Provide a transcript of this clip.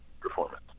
performance